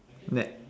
net